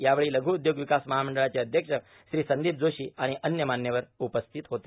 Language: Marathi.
यावेळी लघु उदयोग ावकास महामंडळाचे अध्यक्ष श्री संदोप जोशी आर्गण अन्य मान्यवर उपस्थित होते